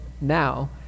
now